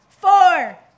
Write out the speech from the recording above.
four